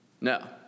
No